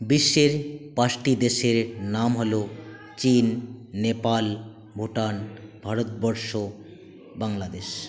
বিশ্বের পাঁচটি দেশের নাম হলো চীন নেপাল ভুটান ভারতবর্ষ বাংলাদেশ